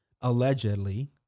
allegedly